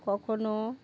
কখনো